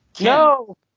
No